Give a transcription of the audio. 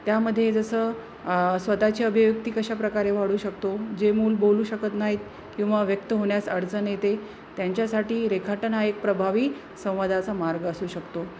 त्यामध्ये जसं स्वतःच्या अभिव्यक्ती कशा प्रकारे वाढू शकतो जे मूल बोलू शकत नाहीत किंवा व्यक्त होण्यास अडचण येते त्यांच्यासाठी रेखाटन हा एक प्रभावी संवादाचा मार्ग असू शकतो